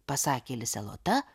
pasakė lisė lota